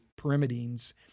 pyrimidines